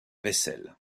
vaisselle